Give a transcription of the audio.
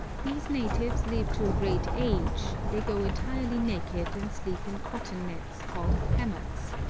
these natives live to a great age, they go entirely naked, and sleep in cotton nets called hammocks,